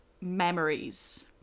memories